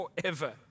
Forever